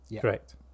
Correct